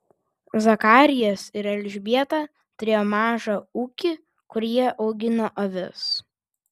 zakarijas ir elžbieta turėjo mažą ūkį kur jie augino avis